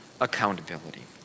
accountability